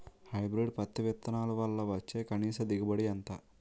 Hybrid పత్తి విత్తనాలు వల్ల వచ్చే కనీస దిగుబడి ఎంత?